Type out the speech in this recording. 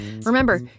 Remember